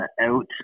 out